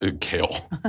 Kale